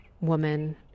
woman